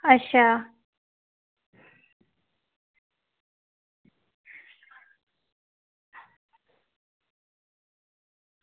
अच्छा